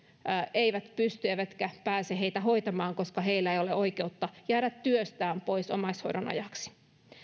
eivät pysty eivätkä pääse heitä hoitamaan koska heillä ei ole oikeutta jäädä työstään pois omaishoidon ajaksi